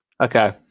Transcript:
Okay